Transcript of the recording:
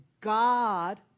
God